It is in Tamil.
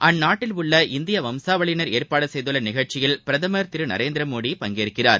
அந்நாட்டில் உள்ள இந்திய வம்சாவளியினர் ஏற்பாடு செய்துள்ள நிகழ்ச்சியில் பிரதமர் திரு நரேந்திர மோடி பங்கேற்கிறார்